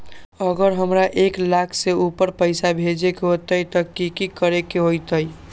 अगर हमरा एक लाख से ऊपर पैसा भेजे के होतई त की करेके होतय?